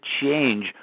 change